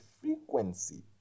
frequency